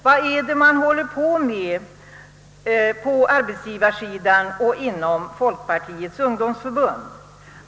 Vad är det man håller på med på arbetsgivarsidan och inom Folkpartiets ungdomsförbund?